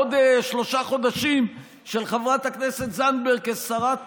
עוד שלושה חודשים של חברת הכנסת זנדברג כשרת